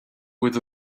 with